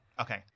okay